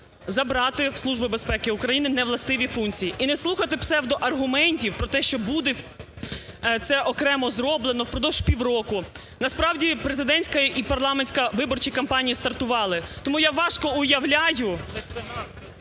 забрати у Служби безпеки України невластиві функції. І не слухати псевдоагрументів про те, що буде це окремо зроблено впродовж півроку. Насправді, президентська і парламентські виборчі кампанії стартували, тому я важко уявляю,